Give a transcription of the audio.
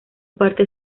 parte